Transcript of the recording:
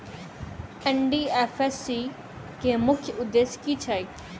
NDFSC केँ मुख्य उद्देश्य की छैक?